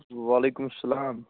وعلیکُم اسَلام